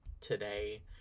today